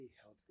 health